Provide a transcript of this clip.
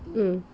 mm